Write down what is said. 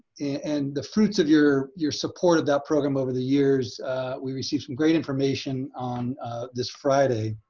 and the fruits of your your support of that program over the years we received some great information on this friday.